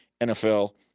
NFL